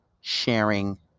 Sharing